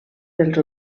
dels